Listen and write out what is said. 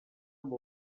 amb